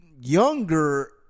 younger